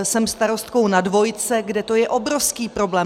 Jsem starostkou na dvojce, kde to je obrovský problém.